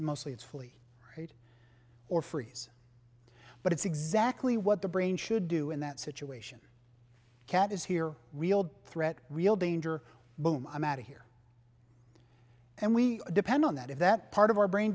mostly it's fully paid or freeze but it's exactly what the brain should do in that situation cat is here real threat real danger boom i'm out here and we depend on that if that part of our brain